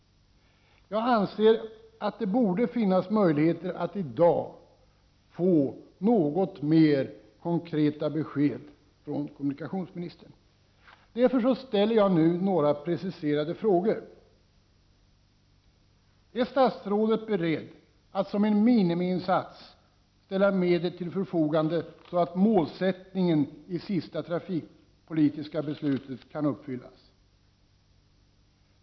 Jag anser att det borde finnas möjligheter att i dag få något mer konkreta besked från kommunikationsministern. Därför vill jag precisera några frågor: Är statsrådet beredd att som en minimiinsats ställa medel till förfogande, så att målsättningen i det senaste trafikpolitiska beslutet kan uppnås?